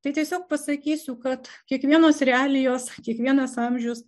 tai tiesiog pasakysiu kad kiekvienos realijos kiekvienas amžius